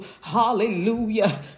Hallelujah